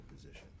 position